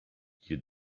you